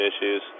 issues